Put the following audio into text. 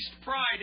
pride